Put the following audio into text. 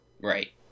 Right